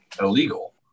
illegal